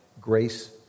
grace